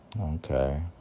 okay